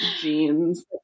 jeans